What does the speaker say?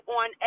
on